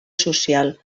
social